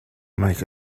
make